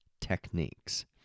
techniques